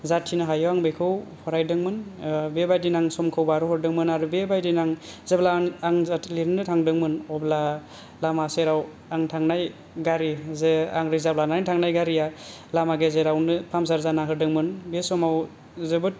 जाखिनि हायो आं बेखौ फरायदोंमोन बेबादिनो आं समखौ बारहोहरदोंमोन आरो बेबादिनो आं जेब्ला आन आनजाद लिरनो थांदोंमोन अब्ला लामा सेराव आं थांनाय गारि जे आं रिजाब लानानै थांनाय गारिया लामा गेजेरावनो पामसार जाना होदोंमोन बे समाव जोबोत